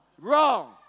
wrong